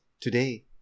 today